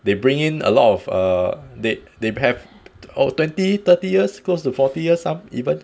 they bring in a lot of err they they have twenty thirty years close to forty years some even